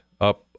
up